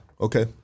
Okay